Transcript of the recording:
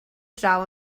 draw